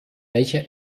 welche